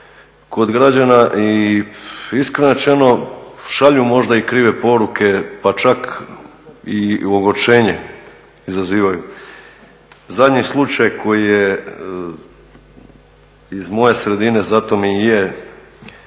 kod građana i iskreno rečeno šalju možda i krive poruke pa čak i ogorčenje izazivaju. Zadnji slučaj koji je iz moje sredine, zato mi i je